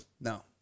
no